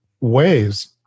ways